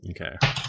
Okay